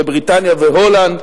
בבריטניה והולנד,